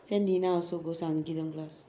send nina also go சங்கீதம்:sangeethum class